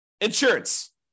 insurance